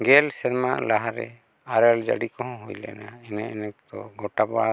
ᱜᱮᱞ ᱥᱮᱨᱢᱟ ᱞᱟᱦᱟᱨᱮ ᱟᱨᱮᱞ ᱟᱡᱟᱹᱲᱤ ᱠᱚᱦᱚᱸ ᱦᱩᱭᱞᱮᱱᱟ ᱮᱱᱮᱼᱤᱱᱟᱹ ᱠᱚᱫᱚ ᱜᱚᱴᱟ ᱯᱟᱲᱟ